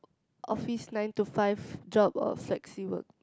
office nine to five job or flexi work